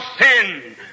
sin